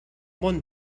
món